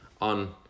on